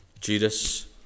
judas